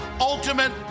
Ultimate